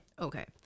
Okay